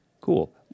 Cool